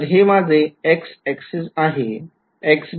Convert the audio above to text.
तर हे माझे x axis आहे